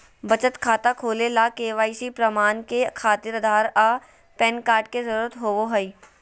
बचत खाता खोले ला के.वाइ.सी प्रमाण के खातिर आधार आ पैन कार्ड के जरुरत होबो हइ